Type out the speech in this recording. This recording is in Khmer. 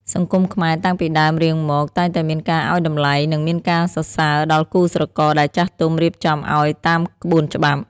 សង្គមខ្មែរតាំងពីដើមរៀងមក តែងតែមានការឱ្យតម្លៃ និងមានការសរសើរដល់គូស្រករដែលចាស់ទុំរៀបចំឱ្យតាមក្បួនច្បាប់។